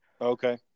Okay